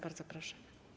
Bardzo proszę.